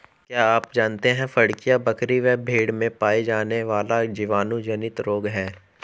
क्या आप जानते है फड़कियां, बकरी व भेड़ में पाया जाने वाला जीवाणु जनित रोग है?